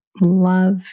love